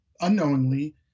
unknowingly